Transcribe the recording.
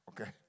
Okay